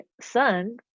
son